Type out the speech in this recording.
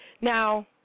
Now